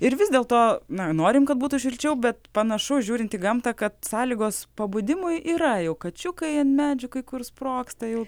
ir vis dėl to norime kad būtų šilčiau bet panašu žiūrint į gamtą kad sąlygos pabudimui yra jau kačiukai ant medžių kai kur sprogsta jų